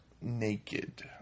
naked